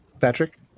Patrick